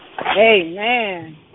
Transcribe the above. Amen